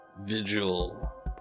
vigil